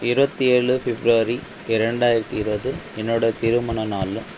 இருபத்தி ஏழு பிப்ரவரி இரண்டாயிரத்தி இருபது என்னோட திருமண நாள்